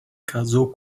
casou